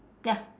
ya